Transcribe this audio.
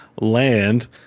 land